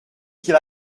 qu’il